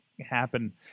happen